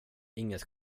inget